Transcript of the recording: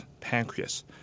pancreas